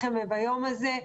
ביום הזה.